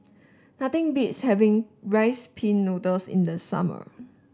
nothing beats having Rice Pin Noodles in the summer